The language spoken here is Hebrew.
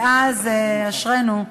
ואז אשרינו,